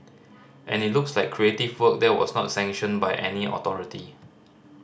and it looks like creative work that was not sanctioned by any authority